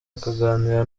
akaganira